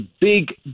big